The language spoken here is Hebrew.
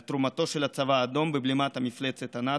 על תרומתו של הצבא האדום בבלימת המפלצת הנאצית,